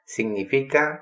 Significa